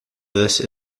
this